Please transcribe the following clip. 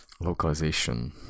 localization